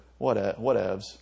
Whatevs